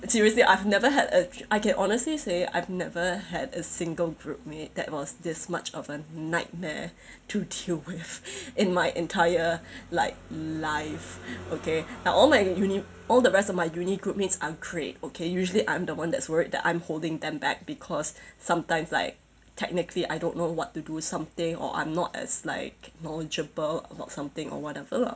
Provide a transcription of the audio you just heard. seriously I've never had a I can honestly say I've never had a single groupmate that was this much of a nightmare to deal with in my entire like life okay now all my uni all the rest of my uni groupmates are great okay usually I'm the one that's worried that I'm holding them back because sometimes like technically I don't know what to do something or I'm not as like knowledgeable about something or whatever lah